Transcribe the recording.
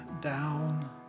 down